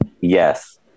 yes